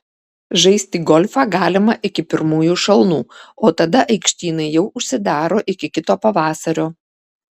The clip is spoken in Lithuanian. žaisti golfą galima iki pirmųjų šalnų o tada aikštynai jau užsidaro iki kito pavasario